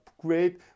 Great